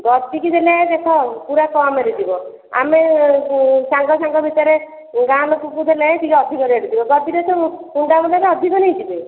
ଗଦିକି ଦେଲେ ଦେଖ ପୁରା କମରେ ଯିବ ଆମେ ସାଙ୍ଗ ସାଙ୍ଗ ଭିତରେ ଗାଁ ଲୋକକୁ ଦେଲେ ଟିକେ ଅଧିକ ରେଟ୍ ଯିବ ଗଦିକିରେ ତ ହୁଣ୍ଡା ମୂଲରେ ଅଧିକ ନେଇଯିବେ